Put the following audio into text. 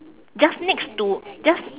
just next to just